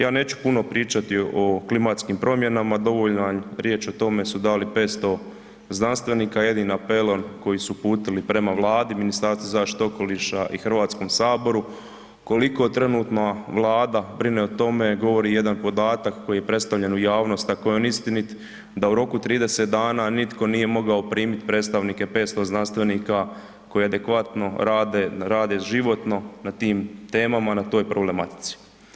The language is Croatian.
Ja neću puno pričati o klimatskim promjenama, dovoljan riječ o tome su dali 500 znanstvenika jednim apelom koji su uputili prema Vladi, Ministarstvu zaštite okoliša i HS, koliko trenutno Vlada brine o tome govori jedan podatak koji je predstavljen u javnost ako je on istinit da u roku 30 dana nitko nije mogao primit predstavnike 500 znanstvenika koji adekvatno rade, rade životno na tim temama, na toj problematici.